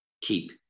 keep